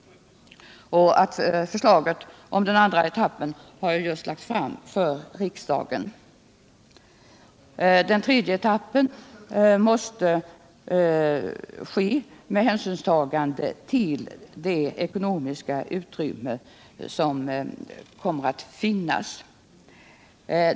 Förslaget om den andra etappen har just lagts fram för riksdagen. Den tredje etappen måste genomföras med hänsynstagande till det ekonomiska utrymme som kommer att finnas.